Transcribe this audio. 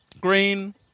Green